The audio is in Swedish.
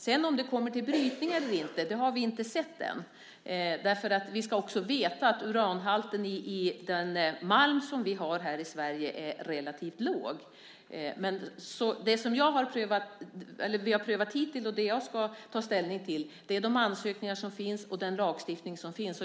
Om det sedan kommer till brytning eller inte har vi inte sett ännu. Vi ska också veta att uranhalten i den malm som vi har här i Sverige är relativt låg. Det som vi har prövat hittills och det jag ska ta ställning till är de ansökningar som finns och den lagstiftning som finns.